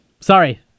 Sorry